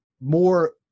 more